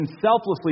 selflessly